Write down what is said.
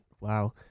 Wow